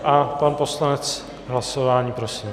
A pan poslanec k hlasování, prosím.